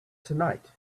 tonight